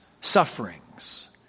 sufferings